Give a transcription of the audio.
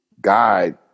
guide